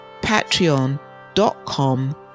patreon.com